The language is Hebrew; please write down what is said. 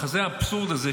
מחזה האבסורד הזה,